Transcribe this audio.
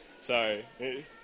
Sorry